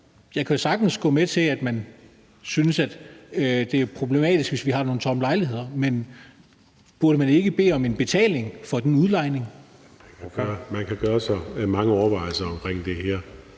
Jeg kan sagtens gå med til, at man synes, at det er problematisk, hvis vi har nogle tomme lejligheder. Men burde man ikke bede om en betaling for den udlejning? Kl. 18:36 Anden næstformand (Jeppe Søe): Ordføreren.